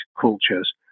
cultures